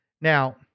Now